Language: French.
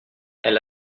elle